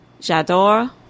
j'adore